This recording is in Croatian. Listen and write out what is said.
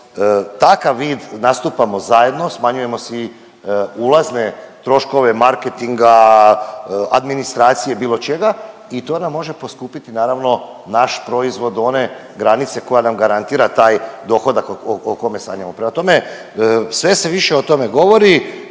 takav vid nastupamo zajedno, smanjujemo si ulazne troškove marketinga, administracije, bilo čega i to nam može poskupiti naravno naš proizvod, one granice koja nam garantira taj dohodak o kome sanjamo. Prema tome, sve se više o tome govori